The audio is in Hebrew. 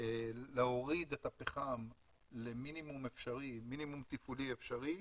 להוריד את הפחם למינימום תפעולי אפשרי,